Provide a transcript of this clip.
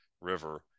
River